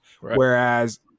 Whereas